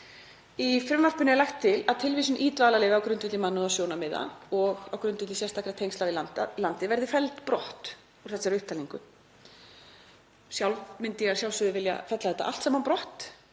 Í frumvarpinu er lagt til að tilvísun í dvalarleyfi á grundvelli mannúðarsjónarmiða og á grundvelli sérstakra tengsla við landið verði felld brott úr þessari upptalningu. Sjálf myndi ég að sjálfsögðu vilja fella þetta allt saman brott